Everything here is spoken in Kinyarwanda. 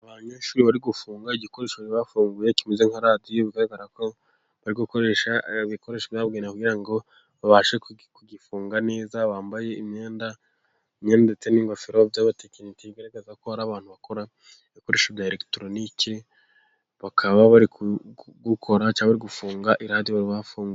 Abanyeshuri bari gufunga igikoresho bafunguye kimeze nka radiyo. Bigaragara ko bari gukoresha ibikoresho bya bugenewe ngo babashe kugifunga neza. Bambaye imyenda ndetse n'ingofero by'abatekinisiye, bigaragaza ko ari abantu bakora ibikoresho bya elegitoroniki, bakaba bari gukora cyangwa gufunga iradiyo bari bafunguye.